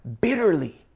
bitterly